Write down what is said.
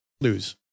lose